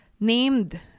Named